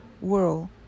world